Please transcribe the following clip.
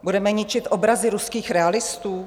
Budeme ničit obrazy ruských realistů?